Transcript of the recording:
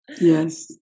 Yes